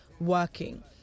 working